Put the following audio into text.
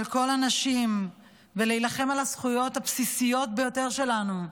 כל הנשים ולהילחם על הזכויות הבסיסיות ביותר שלנו,